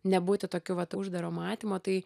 nebūti tokiu vat uždaro matymo tai